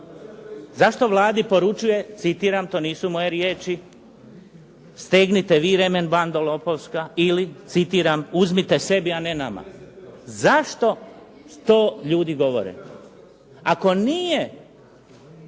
Zašto Vladi poručuje, citiram, to nisu moje riječi: "stegnite vi remen, bando lopovska" ili citiram: "uzmite sebi, a ne nama". Zašto to ljudi govore? Ako nije